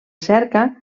cerca